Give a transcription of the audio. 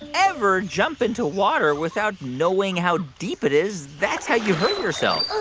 ever jump into water without knowing how deep it is. that's how you hurt yourself